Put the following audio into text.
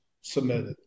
submitted